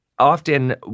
often